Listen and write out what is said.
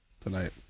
tonight